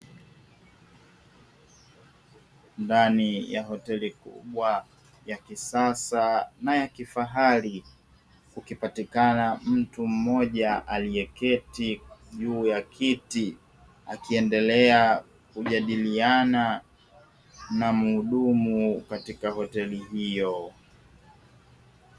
Ndani ya hoteli kubwa ya kisasa na ya kifahari kukipatikana mtu mmoja aliyeketi juu ya kiti, akiendelea kujadiliana na muhudumu ndani ya hoteli hiyo.